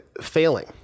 failing